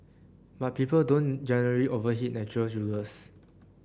but people don't generally overeat natural sugars